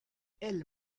elles